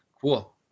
Cool